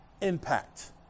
impact